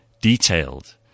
detailed